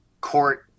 court